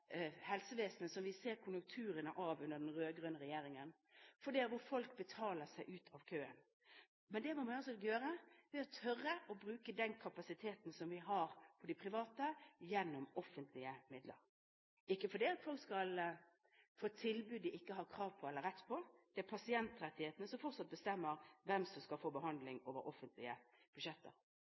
helsevesenet hvor folk betaler seg ut av køen, som vi ser konturene av under den rød-grønne regjeringen. Men da må vi altså tørre å bruke den kapasiteten som vi har hos de private, gjennom offentlige midler. Og det er ikke fordi folk skal få et tilbud de ikke har krav på eller rett til – det er pasientrettighetene som fortsatt bestemmer hvem som skal få behandling over offentlige budsjetter.